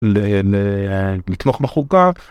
לתמוך בחוקה